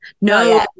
No